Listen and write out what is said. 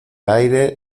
aire